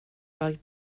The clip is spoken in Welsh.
roi